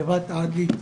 חברת עדי,